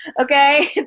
Okay